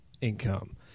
income